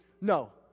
no